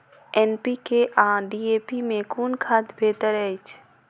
NPK आ DAP मे कुन खाद बेहतर अछि?